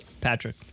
Patrick